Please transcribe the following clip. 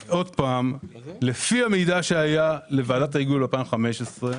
לפי המידע שהיה לוועדת ההיגוי ב-2015,